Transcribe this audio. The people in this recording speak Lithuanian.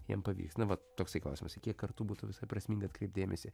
jiem pavyks na vat toksai klausimas kiek kartų būtų visai prasminga atkreipt dėmesį